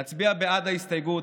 נצביע בעד ההסתייגות,